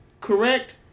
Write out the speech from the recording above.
correct